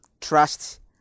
Trust